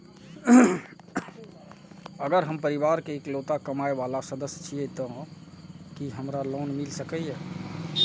अगर हम परिवार के इकलौता कमाय वाला सदस्य छियै त की हमरा लोन मिल सकीए?